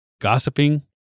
Gossiping